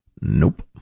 Nope